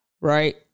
Right